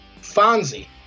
Fonzie